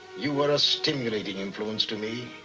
you were a stimulating influence to me